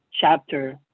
chapter